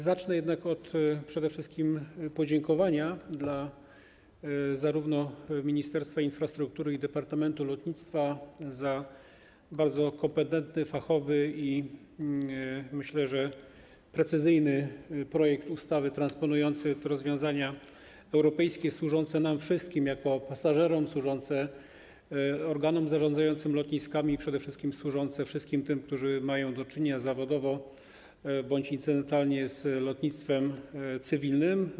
Zacznę jednak przede wszystkim od podziękowania dla Ministerstwa Infrastruktury i Departamentu Lotnictwa za bardzo kompetentny, fachowy i, myślę, precyzyjny projekt ustawy transponujący te rozwiązania europejskie, służące nam wszystkim jako pasażerom, służące organom zarządzającym lotniskami, przede wszystkim służące wszystkim tym, którzy mają do czynienia zawodowo bądź incydentalnie z lotnictwem cywilnym.